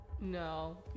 No